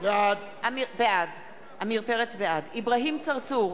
בעד אברהים צרצור,